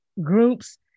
groups